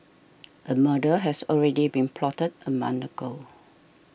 a murder has already been plotted a month ago